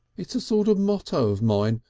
it's a sort of motto of mine.